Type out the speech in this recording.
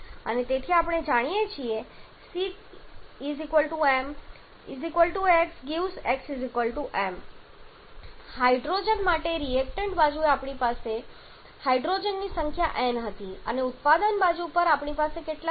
અને તેથી આપણે જાણીએ છીએ C m x 🡺 x m hydrogen માટે રિએક્ટન્ટ બાજુએ આપણી પાસે હાઇડ્રોજનની સંખ્યા n હતી અને ઉત્પાદન બાજુ પર આપણી પાસે કેટલા છે